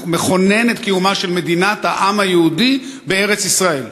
מכונן את קיומה של מדינת העם היהודי בארץ-ישראל.